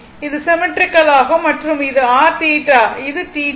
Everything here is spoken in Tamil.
இது சிம்மெட்ரிக்கல் ஆகும் மற்றும் இது rθ இது θ